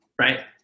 Right